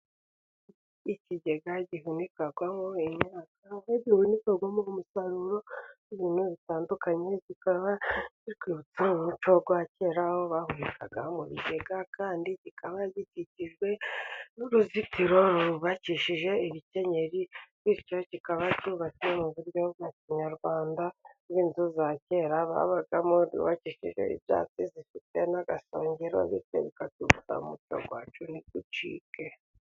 Ikigega gihunikwaho imyaka, umusaruro n'ibintu bitandukanye kikaba bitwibutsa umuco wa kera, aho bahunikaga mu bigega kandi kikaba gikikijwe n'uruzitiro rwubakishije ibikenyeri , bityo kikaba cyubatse mu buryo mu kinyarwanda bw'inzu za kera babagamo zubakishije ibyatsi zifite n'agasongero, bityo umuco wacu ntuducike.